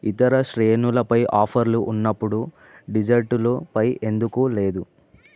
ఇతర శ్రేణులపై ఆఫర్లు ఉన్నప్పుడు డిజర్టులుపై ఎందుకు లేదు